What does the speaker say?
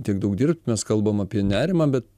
tiek daug dirbt mes kalbam apie nerimą bet